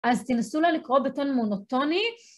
אז תנסו לה לקרוא בטון מונוטוני.